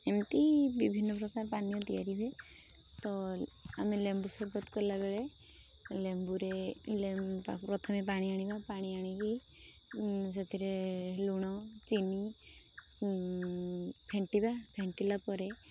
ଏମିତି ବିଭିନ୍ନ ପ୍ରକାର ପାନୀୟ ତିଆରି ହୁଏ ତ ଆମେ ଲେମ୍ବୁ ସର୍ବତ କଲାବେଳେ ଲେମ୍ବୁରେ ପ୍ରଥମେ ପାଣି ଆଣିବା ପାଣି ଆଣିକି ସେଥିରେ ଲୁଣ ଚିନି ଫେଣ୍ଟିବା ଫେଣ୍ଟିଲା ପରେ